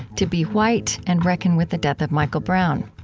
to be white and reckon with the death of michael brown.